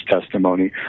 testimony